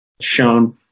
shown